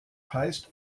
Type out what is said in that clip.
heißt